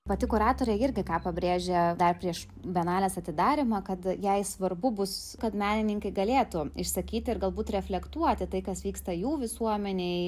pati kuratorė irgi ką pabrėžia dar prieš bienalės atidarymą kad jai svarbu bus kad menininkai galėtų išsakyti ir galbūt reflektuoti tai kas vyksta jų visuomenėj